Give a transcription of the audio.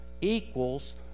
equals